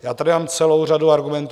Já tady mám celou řadu argumentů.